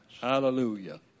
Hallelujah